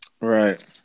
Right